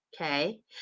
okay